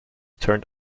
turned